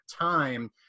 time